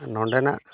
ᱱᱚᱸᱰᱮᱱᱟᱜ